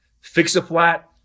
fix-a-flat